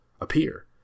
appear